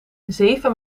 zeven